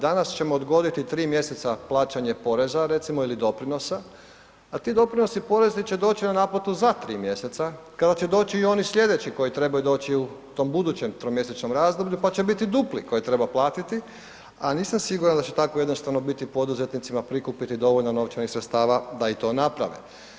Danas ćemo odgoditi 3 mjeseca plaćanje poreza recimo ili doprinosa, a ti doprinosi porezni će doći na naplatu za 3 mjeseca kada će doći i oni slijedeći koji trebaju doći u tom budućem tromjesečnom razdoblju, pa će biti dupli koje treba platiti, a nisam siguran da će tako jednostavno biti poduzetnicima prikupiti dovoljno novčanih sredstava da i to naprave.